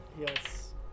Yes